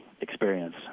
experience